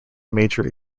major